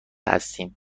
هستیم